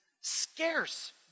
scarce